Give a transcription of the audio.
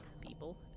people